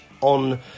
on